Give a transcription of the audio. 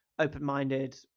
open-minded